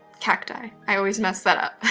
cacti. i always mess that up.